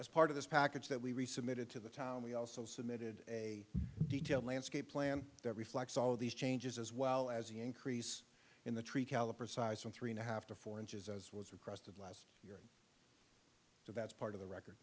as part of this package that we resubmitted to the town we also submitted a detailed landscape plan that reflects all of these changes as well as the increase in the tree caliper size from three and a half to four inches as was requested last so that's part of the record